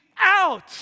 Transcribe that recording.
out